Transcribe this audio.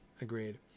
Agreed